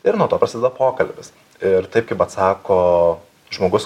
ir nuo to prasideda pokalbis ir taip kaip atsako žmogus